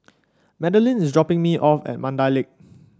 Madalyn is dropping me off at Mandai Lake